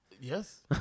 yes